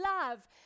love